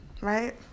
right